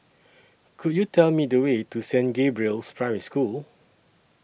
Could YOU Tell Me The Way to Saint Gabriel's Primary School